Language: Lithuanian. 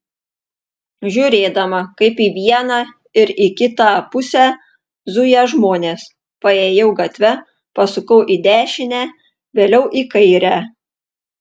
žiūrėdama kaip į vieną ir į kitą pusę zuja žmonės paėjau gatve pasukau į dešinę vėliau į kairę